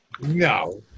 No